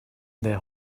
their